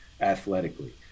athletically